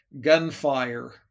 gunfire